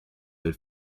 del